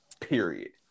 Period